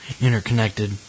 interconnected